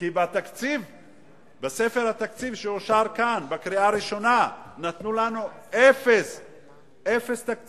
כי בספר התקציב שאושר כאן בקריאה הראשונה נתנו לנו אפס תקציב.